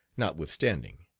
notwithstanding.